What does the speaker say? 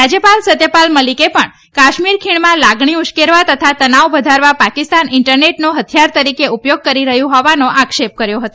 રાજ્યપાલ સત્યપાલ મલિકે પણ કાશ્મીર ખીણમાં લાગણી ઉશ્કેરવા તથા તનાવ વધારવા પાકિસ્તાન ઇન્ટરનેટનો હથિયાર તરીકે ઉપયોગ કરી રહ્યું હોવાનો આક્ષેપ કર્યો હતો